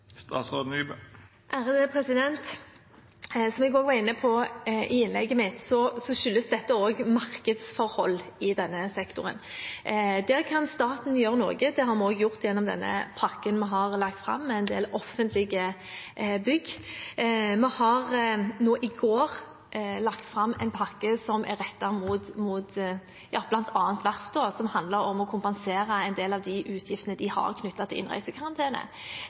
Som jeg var inne på i innlegget mitt også, skyldes dette også markedsforhold i denne sektoren. Der kan staten gjøre noe – det har vi også gjort gjennom den pakken vi har lagt fram, med en del offentlige bygg. Vi la i går fram en pakke som er rettet mot bl.a. verftene, som handler om å kompensere for en del av de utgiftene de har knyttet til innreisekarantene.